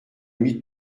mit